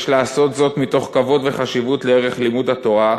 יש לעשות זאת מתוך כבוד וחשיבות לערך לימוד התורה,